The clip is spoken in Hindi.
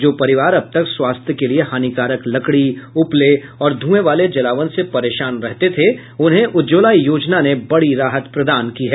जो परिवार अब तक स्वास्थ्य के लिए हानिकारक लकडी उपले और ध्रएं वाले जलावन से परेशान रहते थे उन्हें उज्ज्वला योजना ने बडी राहत प्रदान की है